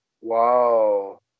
Wow